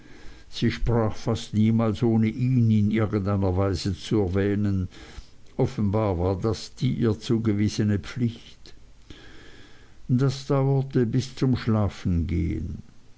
sie sprach fast niemals ohne ihn in irgend einer weise zu erwähnen offenbar war das die ihr zugewiesene pflicht das dauerte bis zum schlafengehen